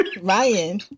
Ryan